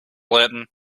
lantern